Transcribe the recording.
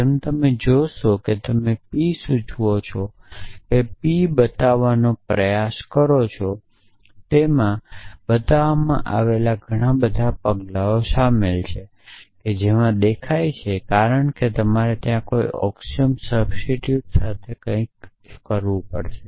જેમ તમે જોશો કે તમે p સૂચવે છે કે p બતાવવાનો પ્રયાસ કરો છો તેમાં બતાવવામાં આવેલા ઘણા બધા પગલાઓ શામેલ છે જે દેખાય છે કારણ કે તમારે ત્યાં કોઈ ઑક્સિઓમ સબસ્ટીટ્યુશન સાથે કંઈક શરૂ કરવું પડશે